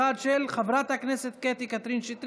היא כבר לא תהיה שם.